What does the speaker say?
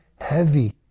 heavy